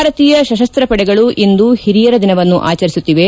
ಭಾರತೀಯ ಸಶಸ್ತ ಪಡೆಗಳು ಇಂದು ಹಿರಿಯರ ದಿನವನ್ನು ಆಚರಿಸುತ್ತಿವೆ